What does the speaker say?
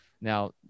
Now